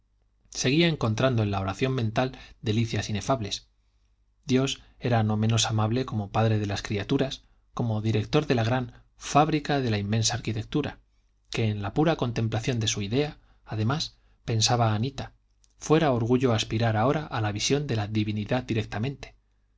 seguía encontrando en la oración mental delicias inefables dios era no menos amable como padre de las criaturas como director de la gran fábrica de la inmensa arquitectura que en la pura contemplación de su idea además pensaba anita fuera orgullo aspirar ahora a la visión de la divinidad directamente